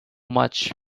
much